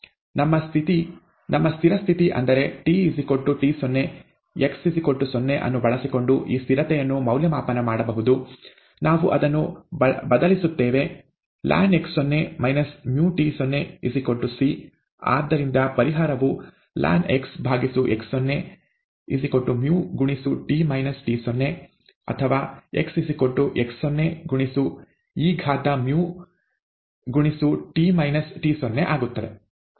ನಮ್ಮ ಸ್ಥಿರ ಸ್ಥಿತಿ ಅಂದರೆ t t0 x 0 ಅನ್ನು ಬಳಸಿಕೊಂಡು ಈ ಸ್ಥಿರತೆಯನ್ನು ಮೌಲ್ಯಮಾಪನ ಮಾಡಬಹುದು ನಾವು ಅದನ್ನು ಬದಲಿಸುತ್ತೇವೆ lnx0 µt0 c ಆದ್ದರಿಂದ ಪರಿಹಾರವು lnxx0 µ ಅಥವಾ x x0eµ t - t0 ಆಗುತ್ತದೆ